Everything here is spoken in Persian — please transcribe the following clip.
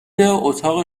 اتاق